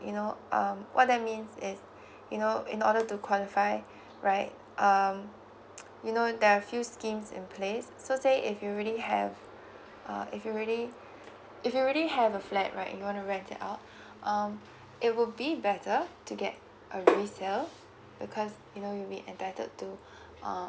you know um what that means is you know in order to qualify right um you know there are few schemes in place so say if you really have uh if you really if you really have a flat right you want to rent it out um it will be better to get a resale because you know we will be entitled to uh